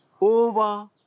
over